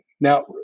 Now